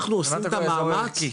אנחנו עושים את המאמץ.